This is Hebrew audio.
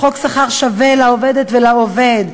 חוק שכר שווה לעובדת ולעובד,